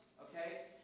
okay